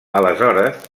aleshores